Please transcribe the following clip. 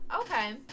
Okay